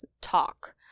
talk